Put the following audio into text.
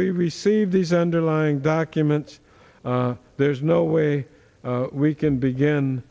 we receive these underlying documents there's no way we can begin